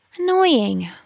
Annoying